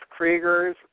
Kriegers